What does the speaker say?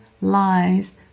lies